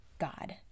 God